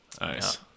nice